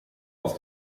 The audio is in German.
auf